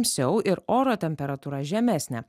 tamsiau ir oro temperatūra žemesnė